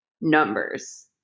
numbers